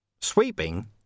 Sweeping